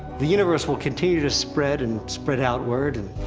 the universe will continue to spread, and spread outward, and.